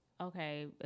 okay